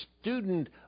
student